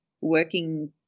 working